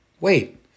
Wait